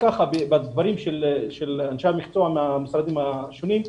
בדברים של אנשי המקצוע מהמשרדים השונים.